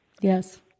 Yes